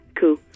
cool